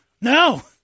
No